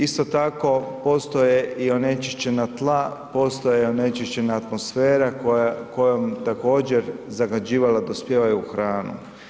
Isto tako postoje i onečišćena tla, postoje onečišćena atmosfera kojom također zagađivala dospijevaju u hranu.